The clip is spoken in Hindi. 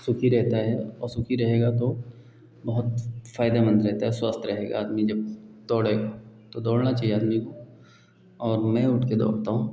सुखी रहता है और सुखी रहेगा तो बहुत फ़ायदेमंद रहता है स्वस्थ रहेगा आदमी जब दौड़ेगा तो दौड़ना चाहिए आदमी को और मैं उठकर दौड़ता हूँ